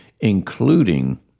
including